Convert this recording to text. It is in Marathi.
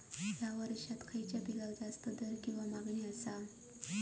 हया वर्सात खइच्या पिकाक जास्त दर किंवा मागणी आसा?